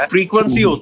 Frequency